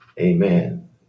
Amen